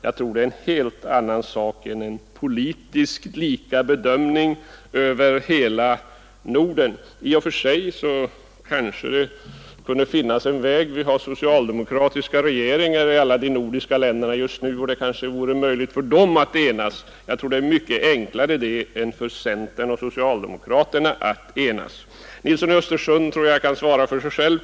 Jag tror att det är en helt annan sak än en politiskt lika bedömning över hela Norden. I och för sig kanske det kunde finnas en väg. Vi har socialdemokratiska regeringar i alla de nordiska länderna just nu, och det kanske vore möjligt för dem att enas. Jag tror att det skulle vara mycket enklare än för centern och socialdemokraterna att enas. Herr Nilsson i Östersund kan nog svara för sig själv.